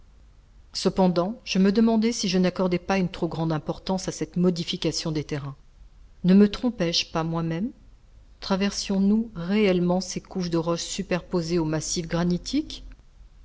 cependant je me demandai si je n'accordais pas une trop grande importance à cette modification des terrains ne me trompais je pas moi-même traversions nous réellement ces couches de roches superposées au massif